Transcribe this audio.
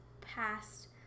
past